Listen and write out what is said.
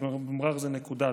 מע'אר זו נקודה,